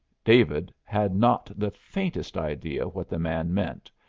david had not the faintest idea what the man meant,